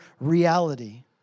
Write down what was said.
reality